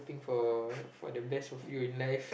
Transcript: hoping for for the best of you in life